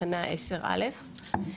תקנה 10(א).